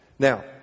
Now